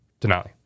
Denali